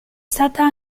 stata